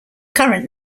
current